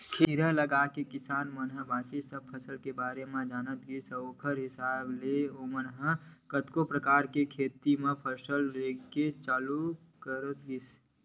धीर लगाके किसान मन बाकी सब फसल के बारे म जानत गिस ओखर हिसाब ले ओमन कतको परकार ले खेत म फसल लेके चालू करत गिस